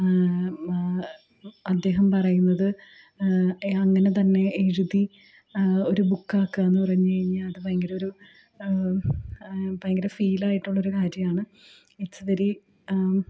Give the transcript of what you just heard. അദ്ദേഹം പറയുന്നത് അങ്ങനെ തന്നെ എഴുതി ഒരു ബുക്ക് ആക്കാം എന്ന് പറഞ്ഞ് കഴിഞ്ഞാൽ അത് ഭയങ്കര ഒരു ഭയങ്കര ഫീൽ ആയിട്ടുള്ള ഒരു കാര്യമാണ് ഇറ്റ്സ് വേരി